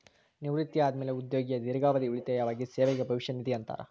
ನಿವೃತ್ತಿ ಆದ್ಮ್ಯಾಲೆ ಉದ್ಯೋಗಿಯ ದೇರ್ಘಾವಧಿ ಉಳಿತಾಯವಾಗಿ ಸೇವೆಗೆ ಭವಿಷ್ಯ ನಿಧಿ ಅಂತಾರ